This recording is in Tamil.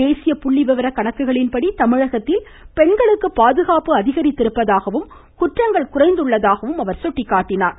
தேசிய புள்ளி விவரக் கணக்குகளின்படி தமிழகத்தில் பெண்களுக்கு பாதுகாப்பு அதிகரித்திருப்பதாகவும் குற்றங்கள் குறைந்துள்ளதாகவும் அவர் சுட்டிக்காட்டினார்